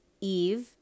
Eve